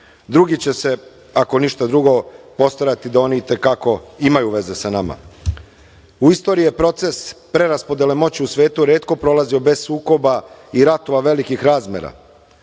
drugi će se, ako ništa drugo, postarati da oni i te kako imaju veze sa nama.U istoriji je proces preraspodele moći u svetu retko prolazio bez sukoba i ratova velikih razmera.